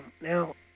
now